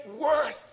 worth